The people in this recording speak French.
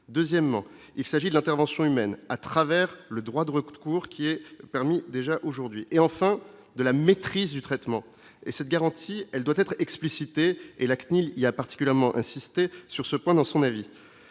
deuxièmement, il s'agit de l'intervention humaine à travers le droit de recours qui est permis déjà aujourd'hui et enfin de la maîtrise du traitement et cette garantie, elle doit être explicitée et la CNIL il a particulièrement insisté sur ce point dans son avis,